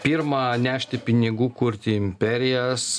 pirma nešti pinigų kurti imperijas